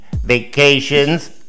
vacations